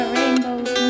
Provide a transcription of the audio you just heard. Rainbows